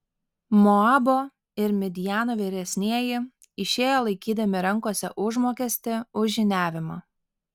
moabo ir midjano vyresnieji išėjo laikydami rankose užmokestį už žyniavimą